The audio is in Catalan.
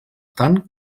tant